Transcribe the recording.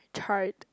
charred